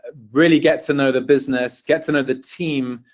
ah really get to know the business, get to know the team,